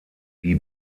die